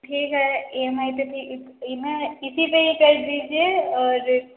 ठीक है E M I पे इसी पे कर दीजिए और